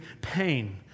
pain